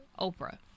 Oprah